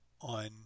on